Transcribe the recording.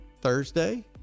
Thursday